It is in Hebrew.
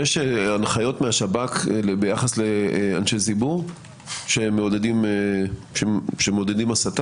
יש הנחיות מהשב"כ ביחס לאנשי ציבור שמעודדים הסתה?